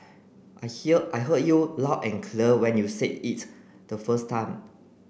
I hear I heard you loud and when you say it the first time